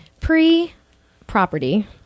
pre-property